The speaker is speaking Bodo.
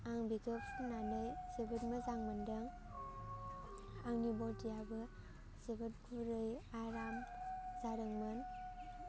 आं बेखौ फुन्नानै जोबोद मोजां मोन्दों आंनि बडियाबो जोबोद गुरै आराम जादोंमोन